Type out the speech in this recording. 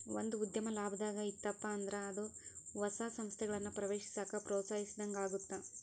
ಒಂದ ಉದ್ಯಮ ಲಾಭದಾಗ್ ಇತ್ತಪ ಅಂದ್ರ ಅದ ಹೊಸ ಸಂಸ್ಥೆಗಳನ್ನ ಪ್ರವೇಶಿಸಾಕ ಪ್ರೋತ್ಸಾಹಿಸಿದಂಗಾಗತ್ತ